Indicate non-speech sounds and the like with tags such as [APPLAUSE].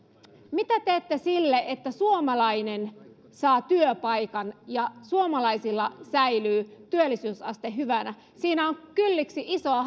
mitä teette sille että suomalainen saa työpaikan ja suomalaisilla säilyy työllisyysaste hyvänä siinä on kylliksi isoa [UNINTELLIGIBLE]